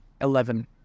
Eleven